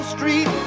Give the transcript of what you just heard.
Street